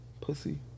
Pussy